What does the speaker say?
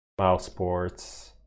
Mouseports